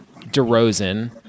DeRozan